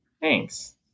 Thanks